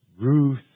Ruth